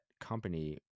company